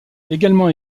également